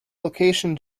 location